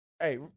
Hey